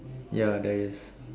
ya there is